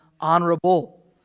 honorable